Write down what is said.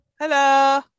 hello